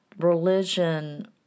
religion